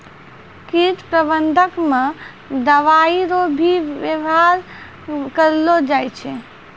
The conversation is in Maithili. कीट प्रबंधक मे दवाइ रो भी वेवहार करलो जाय छै